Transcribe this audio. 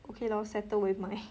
okay lor settle with my